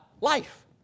life